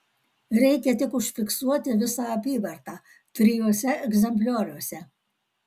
reikia tik užfiksuoti visą apyvartą trijuose egzemplioriuose